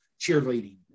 cheerleading